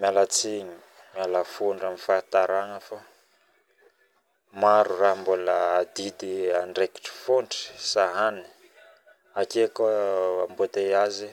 Miala tsigny miala fondro aminy fahataragna fao maro raha mbola adidy andraikitry fotry sahanigny ake koa amboteazy